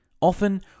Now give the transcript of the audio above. Often